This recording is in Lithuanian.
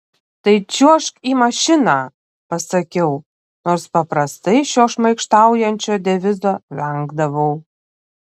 tai čiuožk į mašiną pasakiau nors paprastai šio šmaikštaujančio devizo vengdavau